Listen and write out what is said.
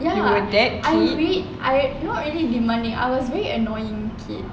ya I'm a bitch no not really demanding I was very annoying kid